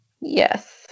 yes